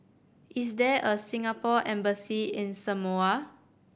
is there a Singapore Embassy in Samoa